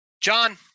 John